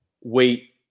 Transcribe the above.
wait